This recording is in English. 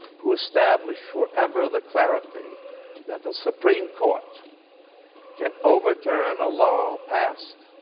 who established forever the clarity that the supreme court can overturn a law passed